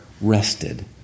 rested